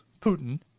Putin